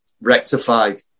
rectified